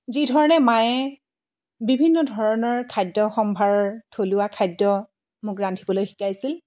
যিধৰণে মায়ে বিভিন্ন ধৰণৰ খাদ্যসম্ভাৰৰ থলুৱা খাদ্য মোক ৰান্ধিবলৈ শিকাইছিল